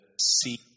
see